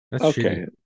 Okay